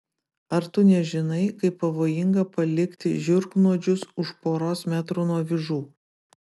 ar tu nežinai kaip pavojinga palikti žiurknuodžius už poros metrų nuo avižų